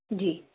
जी